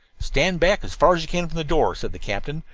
stand back as far as you can from the door, said the captain,